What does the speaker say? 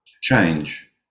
change